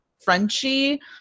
frenchie